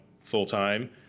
full-time